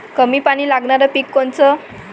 कमी पानी लागनारं पिक कोनचं?